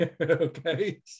okay